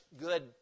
good